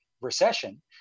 recession